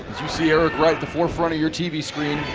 as you see eric right at the forefront of your tv screen,